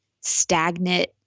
stagnant